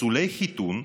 פסולי חיתון,